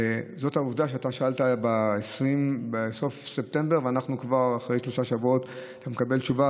העובדה ששאלת בסוף ספטמבר וכבר אחרי שלושה שבועות אתה מקבל תשובה,